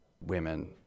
women